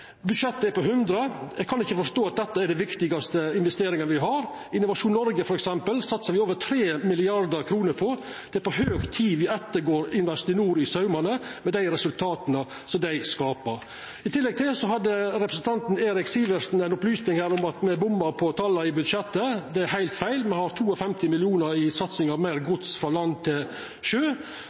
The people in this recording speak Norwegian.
budsjettet er på 100 mill. kr. Eg kan ikkje forstå at dette er dei viktigaste investeringane me har. I Innovasjon Noreg, f.eks., satsar me over 3 mrd. kr. Det er på høg tid at me går Investinor etter i saumane med dei resultata dei skapar. I tillegg opplyste representanten Eirik Sivertsen om at me bomma på tala i budsjettet. Det er heilt feil. Me har 52 mill. kr i satsing på meir gods frå land til sjø.